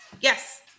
yes